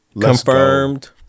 Confirmed